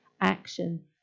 action